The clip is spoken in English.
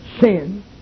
sin